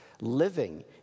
living